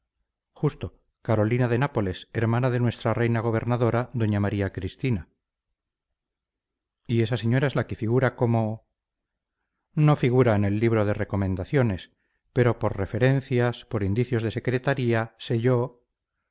justo carolina de nápoles hermana de nuestra reina gobernadora doña maría cristina y esa señora es la que figura como no figura en el libro de recomendaciones pero por referencias por indicios de secretaría sé yo